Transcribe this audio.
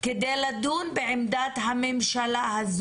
כדי לדון בעמדה הזו של הממשלה.